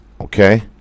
Okay